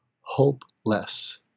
Hopeless